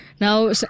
Now